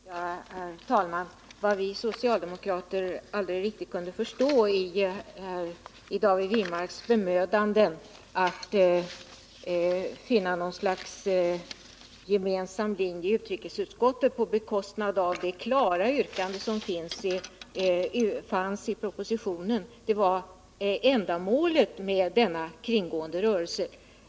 Herr talman! Vad vi socialdemokrater aldrig riktigt kunde förstå i David Wirmarks bemödanden att finna någon sorts gemensam linje i utrikesutskottet på bekostnad av propositionens klara yrkanden var ändamålet med denna kringgående rörelse.